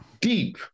deep